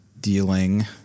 dealing